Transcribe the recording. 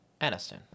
Aniston